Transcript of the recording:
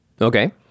Okay